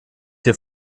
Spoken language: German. hier